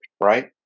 right